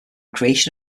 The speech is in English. creation